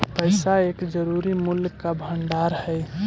पैसा एक जरूरी मूल्य का भंडार हई